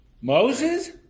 Moses